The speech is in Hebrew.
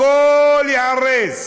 הכול ייהרס.